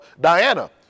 Diana